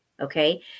Okay